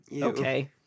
Okay